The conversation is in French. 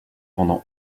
pendant